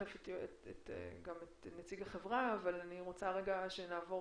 אני רוצה שנעבור